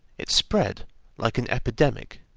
it spread like an epidemic.